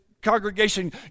congregation